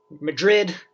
Madrid